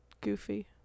Goofy